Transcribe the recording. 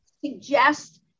suggest